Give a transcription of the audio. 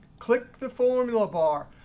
click the formula bar,